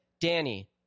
Danny